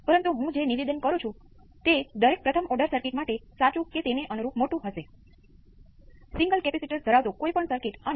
અહિયાં V c 1 એ study state છે અને V c 2 એ પણ સ્ટડી સ્ટેટ રિસ્પોન્સ છે